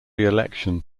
reelection